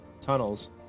tunnels